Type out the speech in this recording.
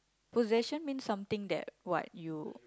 possession means something that what you